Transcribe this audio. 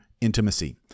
intimacy